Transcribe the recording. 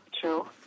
True